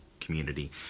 community